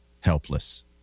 helpless